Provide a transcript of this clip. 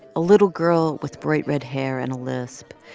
a little girl with bright red hair and a lisp.